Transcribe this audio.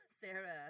Sarah